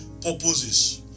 purposes